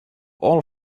all